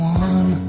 one